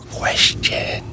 question